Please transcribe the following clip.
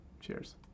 Cheers